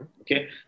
Okay